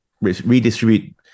redistribute